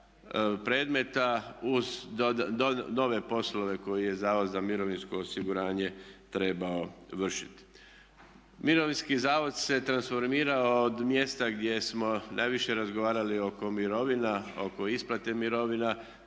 predmeta, uz nove poslove koje je Zavod za mirovinsko osiguranje trebao vršiti. Mirovinski zavod se transformirao od mjesta gdje smo najviše razgovarali oko mirovina, oko isplate mirovina,